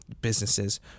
businesses